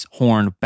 horn